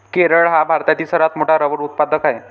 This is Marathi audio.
केरळ हा भारतातील सर्वात मोठा रबर उत्पादक आहे